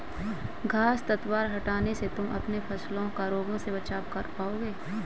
घांस पतवार हटाने से तुम अपने फसलों का रोगों से बचाव कर पाओगे